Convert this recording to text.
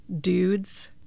Dudes